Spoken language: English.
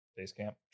Basecamp